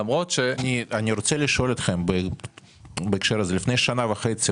אני רוצה לשאול אתכם בהקשר הזה: לפני שנה וחצי,